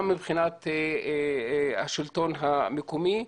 גם מבחינת השלטון המקומי,